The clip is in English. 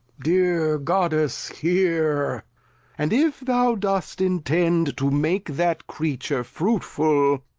dear goddess hear and if thou dost intend to make that creature fruitful,